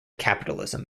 capitalism